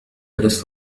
لست